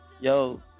Yo